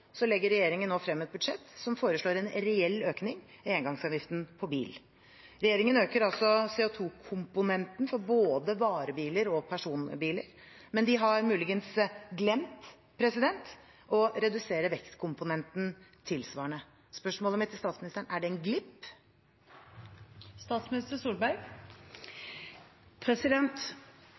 legger regjeringen nå frem et budsjett som foreslår en reell økning i engangsavgiften på bil. Regjeringen øker CO 2 -komponenten for både varebiler og personbiler, men de har muligens «glemt» å redusere vektkomponenten tilsvarende. Spørsmålet mitt til statsministeren er: Er det en glipp?